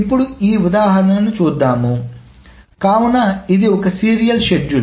ఇప్పుడు ఈ ఉదాహరణ ను చూద్దాము కావున ఇది ఒక సీరియల్ షెడ్యూల్